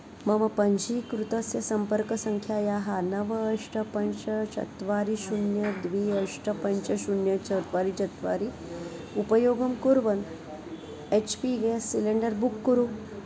मम पञ्जीकृतस्य सम्पर्कसङ्ख्यायाः नव अष्ट पञ्च चत्वारि शून्यं द्वि अष्ट पञ्च शून्यं चत्वारि चत्वारि उपयोगं कुर्वन् H P gas cylinder book कुरु